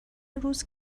روز